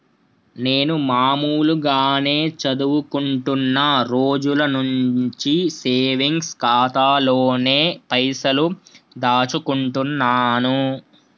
నేను మామూలుగానే చదువుకుంటున్న రోజుల నుంచి సేవింగ్స్ ఖాతాలోనే పైసలు దాచుకుంటున్నాను